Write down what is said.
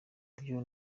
byo